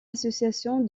association